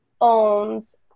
owns